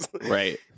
right